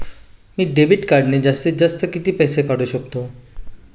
मी debit कार्डने जास्तीत जास्त किती पैसे काढू शकतो?